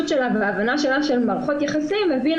שלה ובהבנה שלה של מערכות יחסים הבינה